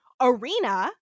arena